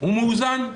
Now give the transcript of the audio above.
הוא מאוזן.